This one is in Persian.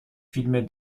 فیلم